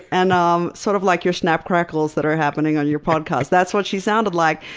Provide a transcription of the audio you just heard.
and um sort of like your snap crackles that are happening on your podcast. that's what she sounded like.